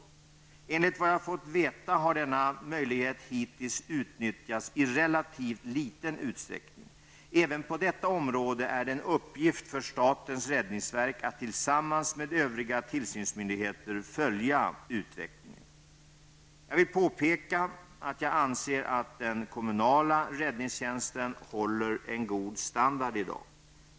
Enligt vad jag fått veta har denna möjlighet hittills utnyttjats i relativt liten utsträckning. Även på detta område är det en uppgift för statens räddningsverk att tillsammans med övriga tillsynsmyndigheter följa utvecklingen. Jag vill påpeka att jag anser att den kommunala räddningstjänsten håller en god standard i dag.